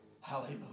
Hallelujah